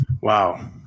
Wow